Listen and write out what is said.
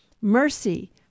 mercy